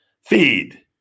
Feed